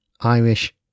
irish